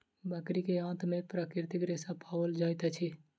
बकरी के आंत में प्राकृतिक रेशा पाओल जाइत अछि